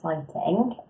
exciting